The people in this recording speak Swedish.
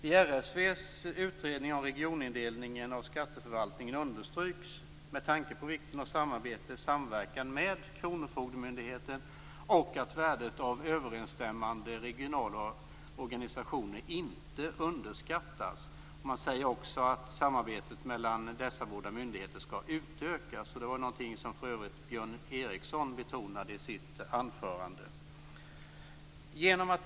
I RSV:s utredning om regionindelningen av skatteförvaltningen understryks med tanke på vikten av samarbete och samverkan med kronofogdemyndigheter, att värdet av överensstämmande regional organisation inte skall underskattas. Man säger också att samarbetet mellan dessa båda myndigheter skall utökas, vilket för övrigt också Björn Ericson betonade i sitt anförande.